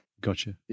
Gotcha